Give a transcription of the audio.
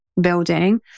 building